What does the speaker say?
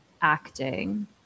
acting